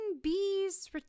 Bees